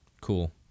cool